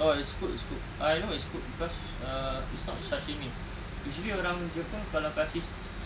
oh it's cooked it's cooked I know it's cooked cause uh it's not sashimi usually orang jepun kalau kasih